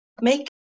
Make